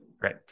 Great